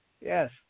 Yes